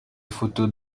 photos